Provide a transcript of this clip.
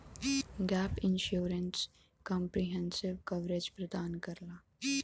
gap insurance comprehensive coverage प्रदान करला